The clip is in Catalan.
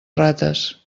rates